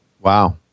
wow